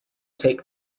take